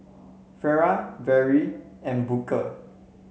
Farrah Vere and Booker